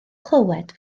clywed